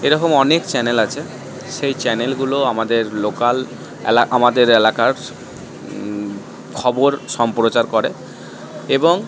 এইরকম অনেক চ্যানেল আছে সেই চ্যানেলগুলো আমাদের লোকাল অ্যালা আমাদের এলাকার খবর সম্প্রচার করে এবং